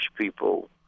people